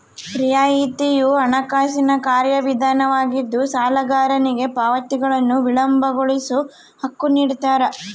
ರಿಯಾಯಿತಿಯು ಹಣಕಾಸಿನ ಕಾರ್ಯವಿಧಾನವಾಗಿದ್ದು ಸಾಲಗಾರನಿಗೆ ಪಾವತಿಗಳನ್ನು ವಿಳಂಬಗೊಳಿಸೋ ಹಕ್ಕು ನಿಡ್ತಾರ